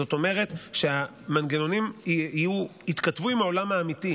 זאת אומרת שהמנגנונים יתכתבו עם העולם האמיתי.